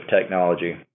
technology